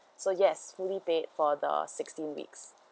so yes fully paid for the sixteen weeks